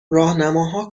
راهنماها